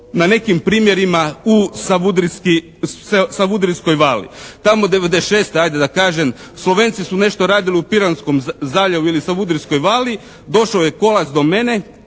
na nekim primjerima u Savudrijskoj vali. Tamo '96. ajde da kažem Slovenci su nešto radili u Piranskom zaljevu ili Savudrijskoj vali. Došao je kolac do mene,